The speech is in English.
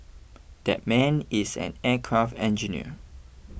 that man is an aircraft engineer